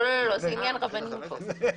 לא, זה עניין הרבנים פה.